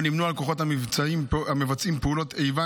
או נמנו עם כוחות המבצעים פעולות איבה